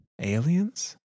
Aliens